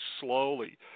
slowly